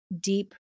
deep